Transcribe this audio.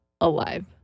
alive